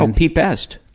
um pete best.